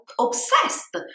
obsessed